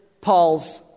Paul's